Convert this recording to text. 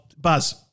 buzz